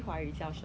有